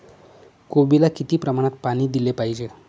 कोबीला किती प्रमाणात पाणी दिले पाहिजे?